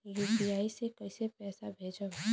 UPI से कईसे पैसा भेजब?